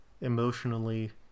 emotionally